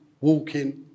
walking